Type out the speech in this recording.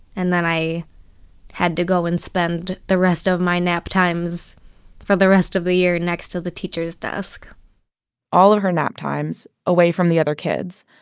and then i had to go and spend the rest of my nap times for the rest of the year next to the teachers desk all of her nap times. away from the other kids.